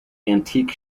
antique